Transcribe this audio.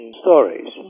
stories